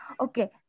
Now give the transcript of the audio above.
Okay